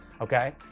okay